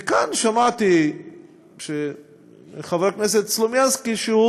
וכאן שמעתי שחבר הכנסת סלומינסקי,